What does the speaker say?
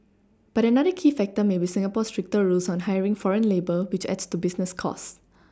but another key factor may be Singapore's stricter rules on hiring foreign labour which adds to business costs